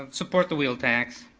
ah support the wheel tax.